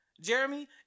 Jeremy